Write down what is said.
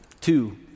Two